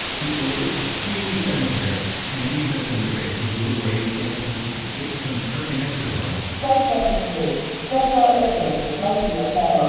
people were really sedentary and these types of interfaces were the way to get people to get some freaking exercise strike lesson three. gestural interfaces might be ah okay. and